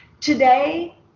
today